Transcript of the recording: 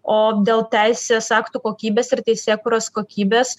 o dėl teisės aktų kokybės ir teisėkūros kokybės